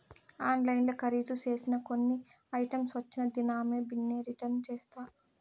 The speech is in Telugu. ఆన్లైన్ల కరీదు సేసిన కొన్ని ఐటమ్స్ వచ్చిన దినామే బిన్నే రిటర్న్ చేస్తా